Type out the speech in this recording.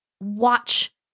watch